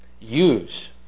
Use